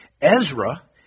Ezra